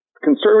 conservative